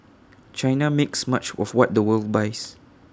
China makes much of what the world buys